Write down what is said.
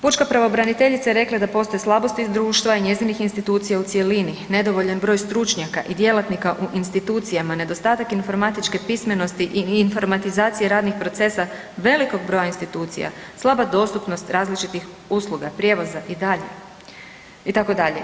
Pučka pravobraniteljica je rekla da postoje slabosti društva i njezinih institucija u cjelini, nedovoljan broj stručnjaka i djelatnika u institucijama, nedostatak informatičke pismenosti i informatizacije radnih procesa velikog broja institucija, slaba dostupnost različitih usluga, prijevoza i dalje, itd.